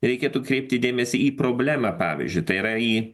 reikėtų kreipti dėmesį į problemą pavyzdžiui tai yra į